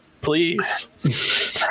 please